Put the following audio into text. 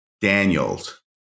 Daniels